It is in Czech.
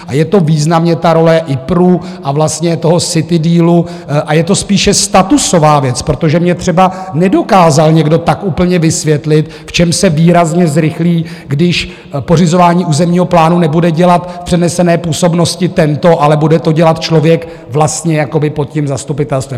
A je to významně ta role IPRu a vlastně CityDealu a je to spíše statusová věc, protože mě třeba nedokázal někdo tak úplně vysvětlit, v čem se výrazně zrychlí, když pořizování územního plánu nebude dělat v přenesené působnosti tento, ale bude to dělat člověk pod zastupitelstvem.